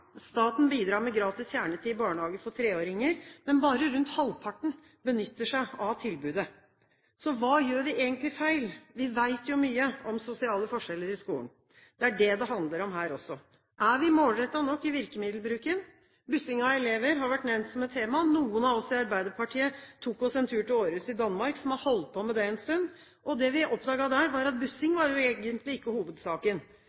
Staten bidrar med gratis kjernetid i barnehage for treåringer, men bare rundt halvparten benytter seg av tilbudet. Hva gjør vi egentlig feil? Vi vet jo mye om sosiale forskjeller i skolen. Det er dette det handler om her også. Er vi målrettet nok i virkemiddelbruken? Bussing av elever har vært nevnt som et tema. Noen av oss i Arbeiderpartiet tok en tur til Århus i Danmark, som har holdt på med dette en stund. Det vi oppdaget der, var at bussing